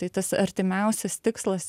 tai tas artimiausias tikslas